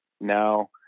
now